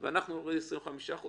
אנחנו נוריד 25%,